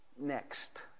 next